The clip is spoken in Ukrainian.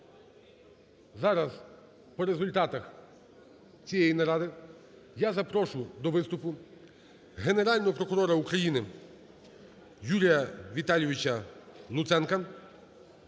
зараз по результатах цієї наради я запрошую до виступу Генерального прокурора України Юрія Віталійовича Луценка.